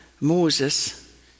Moses